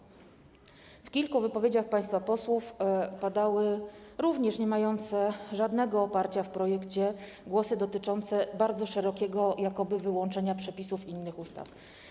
W przypadku kilku wypowiedzi państwa posłów padały również niemające żadnego oparcia w projekcie głosy dotyczące bardzo szerokiego jakoby wyłączenia przepisów innych ustaw.